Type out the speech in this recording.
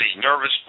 nervous